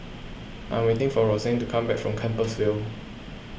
I'm waiting for Rosanne to come back from Compassvale